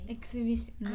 Exhibition